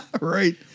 Right